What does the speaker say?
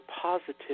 positive